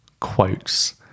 Quotes